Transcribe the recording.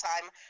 time